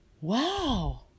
wow